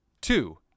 Two